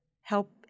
help